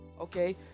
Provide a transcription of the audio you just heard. okay